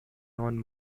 non